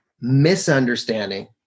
misunderstanding